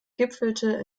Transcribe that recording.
gipfelte